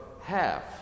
half